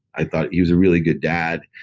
i thought he was a really good dad.